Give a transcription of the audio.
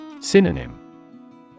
synonym